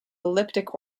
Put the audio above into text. elliptic